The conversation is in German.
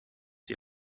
die